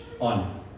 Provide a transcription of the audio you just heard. on